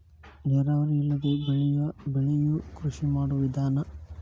ನೇರಾವರಿ ಇಲ್ಲದೆ ಬೆಳಿಯು ಕೃಷಿ ಮಾಡು ವಿಧಾನಾ